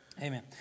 Amen